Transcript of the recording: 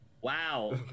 wow